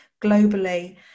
globally